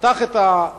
פתח את העניין,